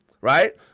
Right